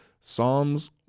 Psalms